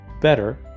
Better